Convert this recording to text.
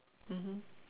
mmhmm